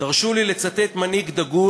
תרשו לי לצטט מנהיג דגול,